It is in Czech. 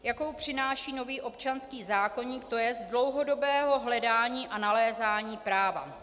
... jakou přináší nový občanský zákoník, to jest dlouhodobého hledání a nalézání práva.